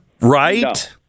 right